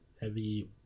heavy